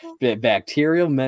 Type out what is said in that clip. Bacterial